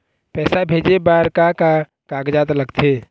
पैसा भेजे बार का का कागजात लगथे?